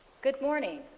good morning.